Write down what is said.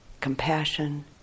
compassion